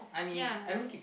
ya